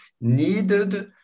needed